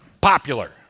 Popular